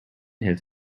his